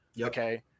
okay